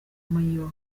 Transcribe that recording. mayor